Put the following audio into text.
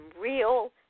real